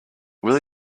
will